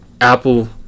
Apple